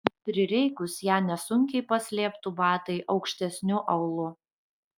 prireikus ją nesunkiai paslėptų batai aukštesniu aulu